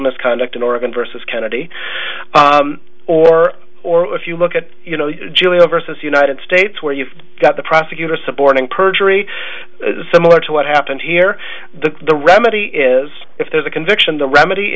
misconduct in oregon versus kennedy or or if you look at you know julia versus united states where you've got the prosecutor suborning perjury similar to what happened here the remedy is if there's a conviction the remedy